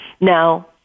Now